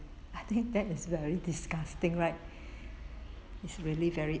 I think that is very disgusting right is really very